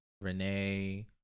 renee